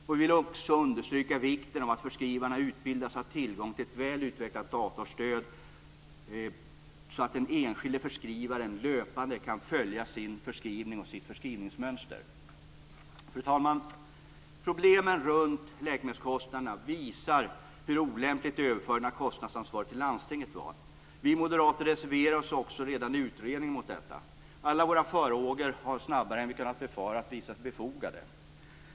Vi vill också understryka vikten av att förskrivarna utbildas och har tillgång till ett väl utvecklat datorstöd, så att den enskilde förskrivaren löpande kan följa sin förskrivning och sitt förskrivningsmönster. Fru talman! Problemen runt läkemedelskostnaderna visar hur olämplig överföringen av kostnadsansvaret till landstingen var. Vi moderater reserverade oss också redan i utredningen mot detta. Alla våra farhågor har snabbare än vi kunnat befara visat sig befogade.